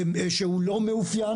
אז אני אגיד,